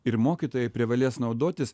ir mokytojai privalės naudotis